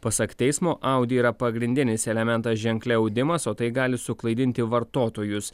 pasak teismo audi yra pagrindinis elementas ženkle audimas o tai gali suklaidinti vartotojus